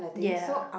ya